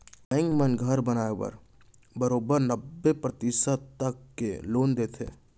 bank मन घर बनाए बर बरोबर नब्बे परतिसत तक के लोन देथे